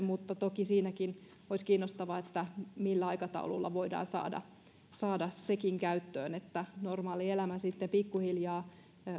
mutta toki siinäkin olisi kiinnostavaa se millä aikataululla voidaan saada saada sekin käyttöön että normaalielämä sitten pikkuhiljaa